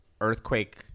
earthquake